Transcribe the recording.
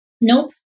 Nope